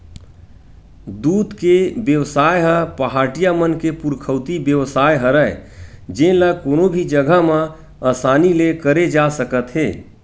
दूद के बेवसाय ह पहाटिया मन के पुरखौती बेवसाय हरय जेन ल कोनो भी जघा म असानी ले करे जा सकत हे